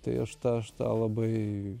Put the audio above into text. tai aš tą aš tą labai